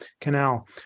canal